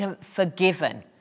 forgiven